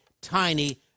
tiny